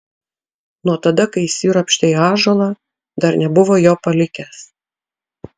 nuo tada kai įsiropštė į ąžuolą dar nebuvo jo palikęs